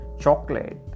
chocolate